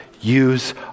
use